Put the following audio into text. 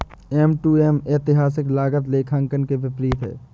M to M ऐतिहासिक लागत लेखांकन के विपरीत है